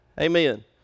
Amen